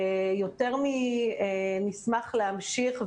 אנחנו יותר מנשמח להמשיך,